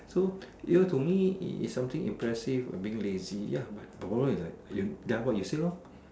so you know to me it is something impressive of being lazy ya but the problem is like that what you say lor